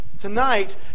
tonight